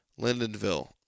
Lindenville